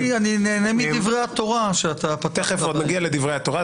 אני נהנה מדברי התורה שאתה --- תיכף עוד נגיע לדברי התורה,